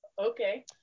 Okay